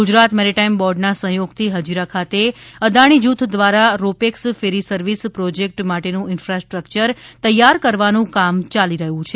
Gujarat maritime બોર્ડના સહ્યોગથી હજીરા ખાતે અદાણી જૂથ દ્વારા ro pax ferry service project માટેનું ઈન્ફાસ્ટ્રક્ચર તૈયાર કરવાનું કામ ચાલી રહ્યું છે